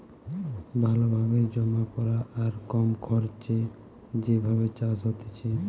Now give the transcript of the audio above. ভালো ভাবে জমা করা আর কম খরচে যে ভাবে চাষ হতিছে